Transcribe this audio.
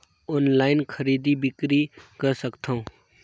Online खरीदी बिक्री कर सकथव?